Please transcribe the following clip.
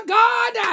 god